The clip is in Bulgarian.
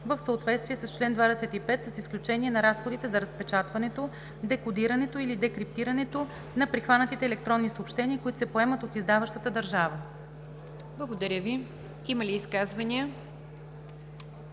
в съответствие с чл. 25 с изключение на разходите за разпечатването, декодирането или декриптирането на прихванатите електронни съобщения, които се поемат от издаващата държава.“ ПРЕДСЕДАТЕЛ НИГЯР ДЖАФЕР: Благодаря Ви. Има ли изказвания?